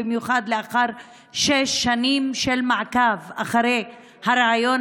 במיוחד לאחר שש שנים של מעקב אחרי הרעיון